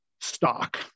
stock